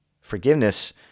Forgiveness